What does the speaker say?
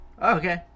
okay